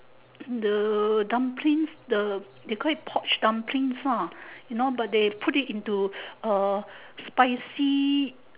the dumplings the they call it poached dumplings ah you know but they put it into uh spicy